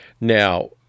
Now